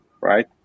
right